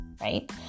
right